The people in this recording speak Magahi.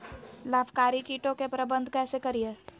लाभकारी कीटों के प्रबंधन कैसे करीये?